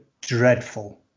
dreadful